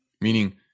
meaning